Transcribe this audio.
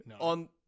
on